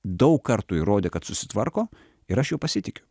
daug kartų įrodė kad susitvarko ir aš juo pasitikiu